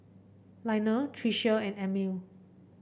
Lionel Tricia and Amil